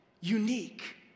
unique